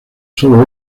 solo